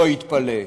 שלא יתפלא.